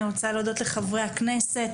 אני רוצה להודות לחברי הכנסת,